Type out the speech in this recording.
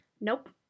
Nope